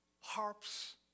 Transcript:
harps